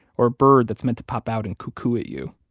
or a bird that's meant to pop out and cuckoo at you.